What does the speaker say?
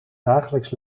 dagelijks